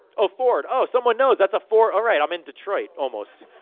oh, ford. oh, someone knows, that's a for. oh right, i'm in detroit, almost.